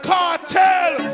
Cartel